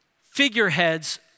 figureheads